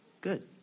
Good